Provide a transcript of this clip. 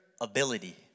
ability